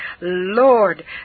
Lord